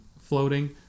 floating